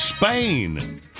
Spain